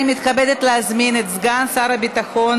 אני מתכבדת להזמין את סגן שר הביטחון